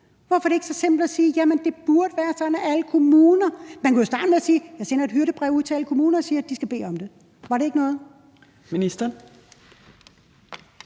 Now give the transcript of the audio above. Hvorfor er det ikke simpelt hen bare at sige: Det burde være sådan i alle kommuner? Man kunne jo starte med at sige: Jeg sender et hyrdebrev ud til alle kommunerne om, at de skal bede om det. Var det ikke noget? Kl.